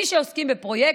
מי שעוסקים בפרויקטים,